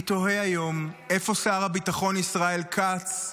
אני תוהה היום איפה שר הביטחון ישראל כץ.